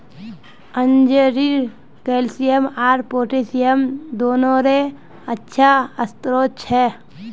अंजीर कैल्शियम आर पोटेशियम दोनोंरे अच्छा स्रोत छे